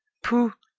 pooh!